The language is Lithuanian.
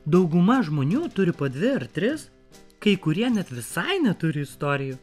dauguma žmonių turi po dvi ar tris kai kurie net visai neturi istorijų